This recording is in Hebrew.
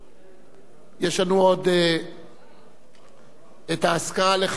יש לנו עוד האזכרה לחברנו היקר,